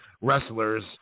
wrestlers